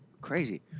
crazy